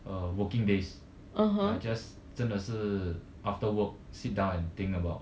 uh working days like just 真的是 after work sit down and think about